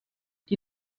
die